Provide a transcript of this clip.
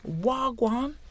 Wagwan